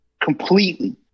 completely